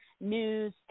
news